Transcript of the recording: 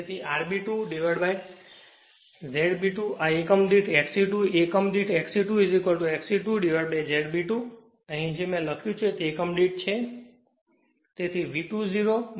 તેથી Re2Z B 2 અને એકમ દીઠ XE2 એ એકમ દીઠ XE2 XE2Z B 2 છે અને જેમ મેં અહીં લખ્યું છે તે એકમ દીઠ છે